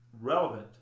relevant